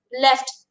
left